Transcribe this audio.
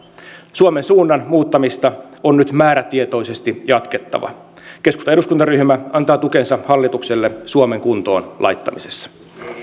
suomen suunnan muuttamista on nyt määrätietoisesti jatkettava keskustan eduskuntaryhmä antaa tukensa hallitukselle suomen kuntoon laittamisessa